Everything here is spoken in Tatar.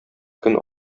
көн